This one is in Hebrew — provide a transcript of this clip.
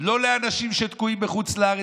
לא לאנשים שתקועים בחוץ לארץ,